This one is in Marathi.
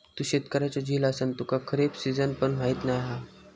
तू शेतकऱ्याचो झील असान तुका खरीप सिजन पण माहीत नाय हा